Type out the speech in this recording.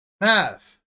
Math